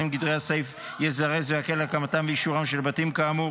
לגדרי הסעיף יזרז ויקל הקמתם ואישורם של בתים כאמור,